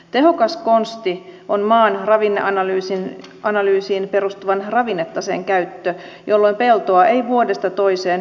tehokas konsti on maan ravinneanalyysiin perustuvan ravinnetaseen käyttö jolloin peltoa ei vuodesta toiseen ylilannoiteta